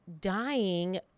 dying